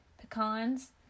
pecans